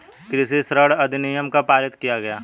कृषि ऋण अधिनियम कब पारित किया गया?